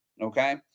Okay